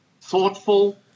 thoughtful